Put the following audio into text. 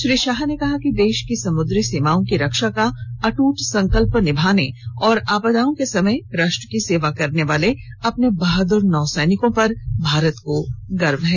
श्री शाह ने कहा कि देश की समुद्री सीमाओं की रक्षा का अट्ट संकल्प निभाने और आपदाओं के समय राष्ट्र की सेवा करने करने वाले अपने बहादुर नौसैनिकों पर भारत को गर्व है